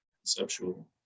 conceptual